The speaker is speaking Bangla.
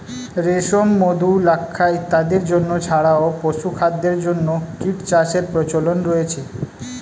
রেশম, মধু, লাক্ষা ইত্যাদির জন্য ছাড়াও পশুখাদ্যের জন্য কীটচাষের প্রচলন রয়েছে